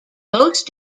most